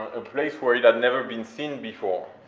a place where it had never been seen before,